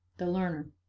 the learner.